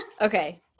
Okay